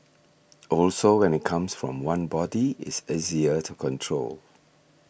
also when it comes from one body it's easier to control